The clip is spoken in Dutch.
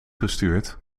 gestuurd